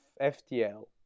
FTL